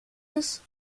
ist